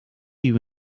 you